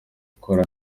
gukora